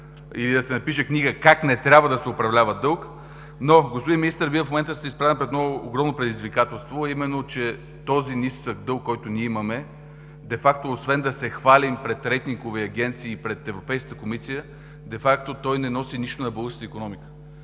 и да се напише книга: „Как не трябва да се управлява дълг“. Господин Министър, Вие в момента сте изправен пред едно огромно предизвикателство, а именно, че този нисък дълг, който ние имаме – освен да се хвалим пред рейтингови агенции и пред Европейската комисия, де факто той не носи нищо на българската икономика.